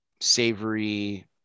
savory